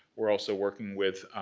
we're also working with,